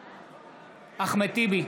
נגד אחמד טיבי,